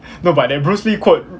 no but that bruce lee quote